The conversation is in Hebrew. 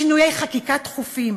שינויי חקיקה תכופים,